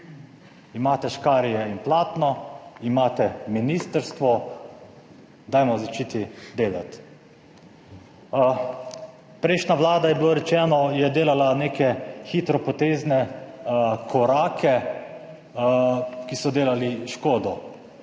imate škarje in platno, imate ministrstvo, dajmo začeti delati. Prejšnja Vlada - je bilo rečeno - je delala neke hitropotezne korake, ki so delali škodo.